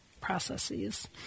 processes